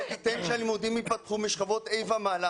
תיתן שהלימודים ייפתחו משכבות ה' ומעלה